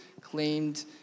claimed